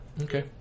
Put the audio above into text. Okay